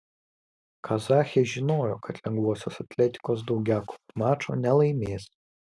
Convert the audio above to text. kazachės žinojo kad lengvosios atletikos daugiakovių mačo nelaimės